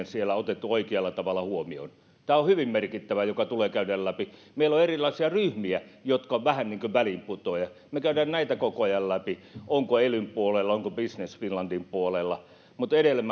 siellä otettu oikealla tavalla huomioon tämä on hyvin merkittävä joka tulee käydä läpi meillä on erilaisia ryhmiä jotka ovat vähän niin kuin väliinputoajia me käymme näitä koko ajan läpi onko elyn puolella onko business finlandin puolella mutta edelleen